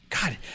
God